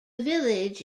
village